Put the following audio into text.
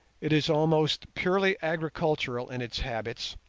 it is almost purely agricultural in its habits,